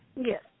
Yes